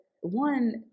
one